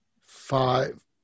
five